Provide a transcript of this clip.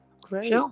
great